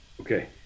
Okay